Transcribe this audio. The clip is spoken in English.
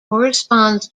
corresponds